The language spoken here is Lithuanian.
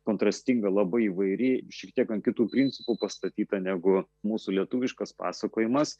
kontrastinga labai įvairi šiek tiek ant kitų principų pastatyta negu mūsų lietuviškas pasakojimas